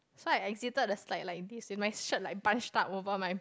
so I exited the slide like this with my shirt like bunch up over my